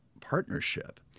partnership